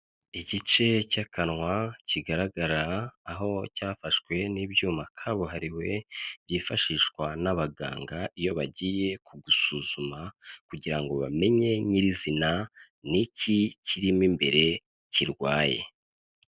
Igice cy'akanwa kigaragara, aho cyafashwe n'ibyuma kabuhariwe byifashishwa n'abaganga, iyo bagiye kugusuzuma kugira ngo bamenye nyirizina ni iki kirimo imbere kirwaye.